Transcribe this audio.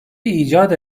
icat